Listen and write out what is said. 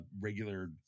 regular